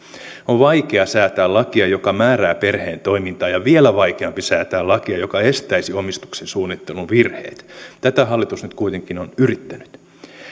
on vaikea säätää lakia joka määrää perheen toimintaa ja vielä vaikeampi säätää lakia joka estäisi omistuksen suunnittelun virheet tätä hallitus nyt kuitenkin on yrittänyt